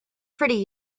pretty